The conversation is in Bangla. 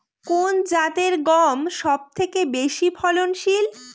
কোন জাতের গম সবথেকে বেশি ফলনশীল?